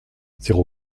zéro